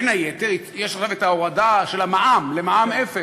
בין היתר, יש עכשיו את ההורדה של המע"מ למע"מ אפס,